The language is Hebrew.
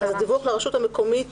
בדיווח לרשות המקומית